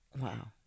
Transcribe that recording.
wow